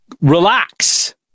relax